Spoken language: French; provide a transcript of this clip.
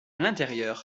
l’intérieur